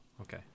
okay